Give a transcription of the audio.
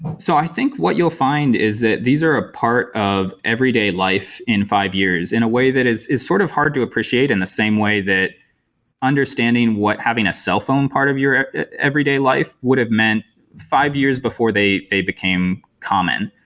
so i think what you'll find is that these are a part of everyday life in five years in a way that is is sort of hard to appreciate in the same way that understanding what having a cell phone part of your everyday life would have meant five years before they they became common,